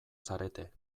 zarete